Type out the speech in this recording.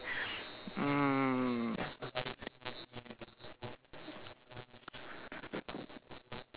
mm